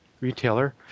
retailer